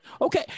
Okay